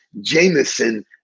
Jameson